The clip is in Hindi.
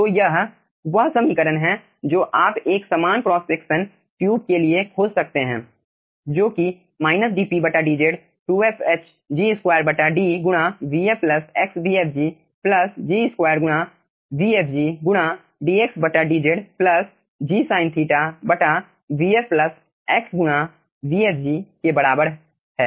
तो यह वह समीकरण है जो आप एक समान क्रॉस सेक्शन ट्यूब के लिए खोज सकते हैं जो की dpdz 2fhG2 बटा d गुणा vf plus xvfg plus G2 गुणा vfg गुणा dxdz प्लस g sin बटा vf प्लस x गुणा vfg के बराबर है